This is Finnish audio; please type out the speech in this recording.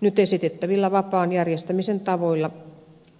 nyt esitettävillä vapaan järjestämisen tavoilla